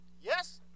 Yes